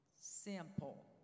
Simple